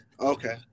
Okay